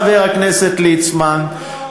חבר הכנסת ליצמן,